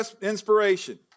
inspiration